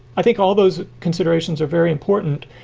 i think all those considerations are very important,